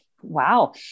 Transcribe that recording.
wow